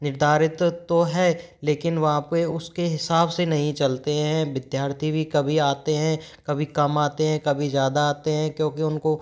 निर्धारित तो है लेकिन वहाँ पर उसके हिसाब से नहीं चलते हैं विद्यार्थी भी कभी आते हैं कभी कम आते हैं कभी ज़्यादा आते हैं क्योंकि उनको